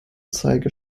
zeige